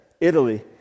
Italy